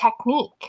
technique